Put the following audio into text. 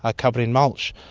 ah covered in mulch.